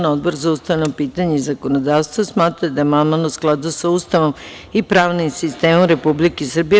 Odbor za ustavna pitanja i zakonodavstvo smatra da je amandman u skladu sa Ustavom i pravnim sistemom Republike Srbije.